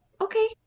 Okay